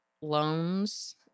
loans